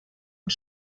und